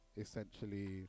essentially